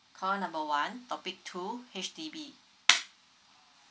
call number one topic two H_D_B